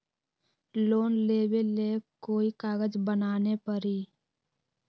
Loan लेबे ले कोई कागज बनाने परी?